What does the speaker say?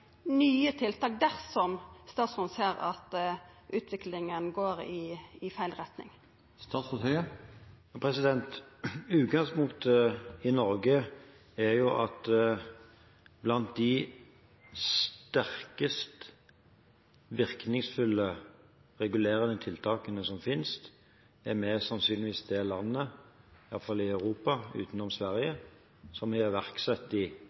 nye tiltak dersom statsråden ser at utviklinga går i feil retning? Utgangspunktet er at Norge, når det gjelder de sterkest virkningsfulle regulerende tiltakene som finnes, sannsynligvis er det landet, iallfall i Europa utenom Sverige, som har iverksatt